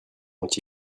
ont